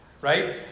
Right